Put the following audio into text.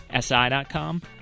SI.com